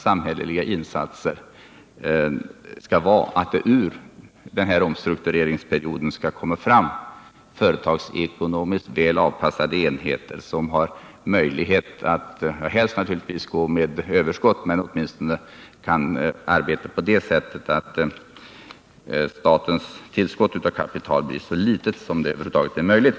samhälleliga insatserna skall vara att det ur omstruktureringen kommer fram företagsekonomiskt väl avpassade enheter, som helst naturligtvis har möjlighet att gå med överskott men som åtminstone kan arbeta på det sättet att statens tillskott av kapital blir så litet som över huvud taget är möjligt.